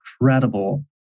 incredible